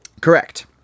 Correct